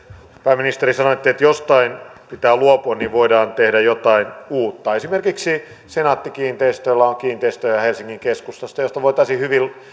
pääministeri sanoitte että jostain pitää luopua niin että voidaan tehdä jotain uutta esimerkiksi senaatti kiinteistöillä on helsingin keskustassa kiinteistöjä joista voitaisiin hyvin